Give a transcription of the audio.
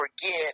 forget